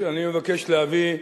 להביא,